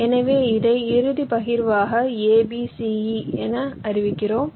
எனவே இதை இறுதி பகிர்வு a b c e என அறிவிக்கிறோம்